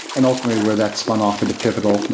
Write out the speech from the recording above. and ultimately where that spun off into pivotal,